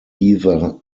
either